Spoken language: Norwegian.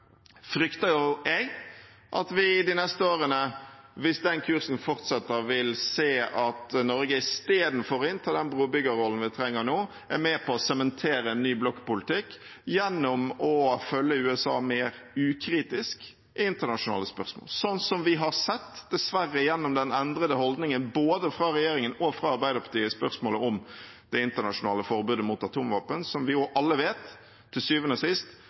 frykter jeg at vi de neste årene, hvis den kursen fortsetter, vil se at Norge istedenfor å innta den brobyggerrollen vi trenger nå, er med på å sementere en ny blokkpolitikk gjennom å følge USA mer ukritisk i internasjonale spørsmål, sånn som vi har sett, dessverre, gjennom den endrede holdningen både fra regjeringen og fra Arbeiderpartiet i spørsmålet om det internasjonale forbudet mot atomvåpen, som vi jo alle vet til syvende og sist